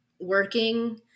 working